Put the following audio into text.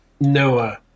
Noah